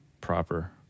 proper